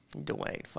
Dwayne